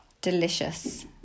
Delicious